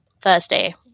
Thursday